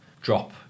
drop